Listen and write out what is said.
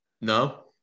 No